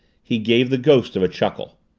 he gave the ghost of a chuckle.